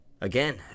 Again